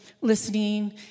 listening